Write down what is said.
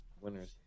winners